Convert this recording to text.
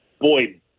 Boy